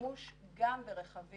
שימוש גם ברכבים